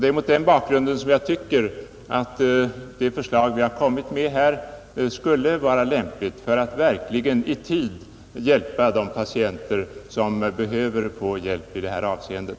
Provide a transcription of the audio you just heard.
Det är mot den bakgrunden som jag tycker att det förslag vi har kommit med skulle vara lämpligt för att verkligen i tid hjälpa de patienter som behöver få hjälp i det här avseendet.